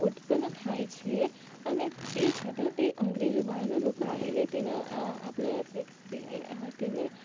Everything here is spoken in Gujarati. ઉત્પન્ન થાય છે અને તે છતાં તે અંગ્રેજો બહારના લોકો આવીને તેના આ આપણા પ્રત્યે હ તેને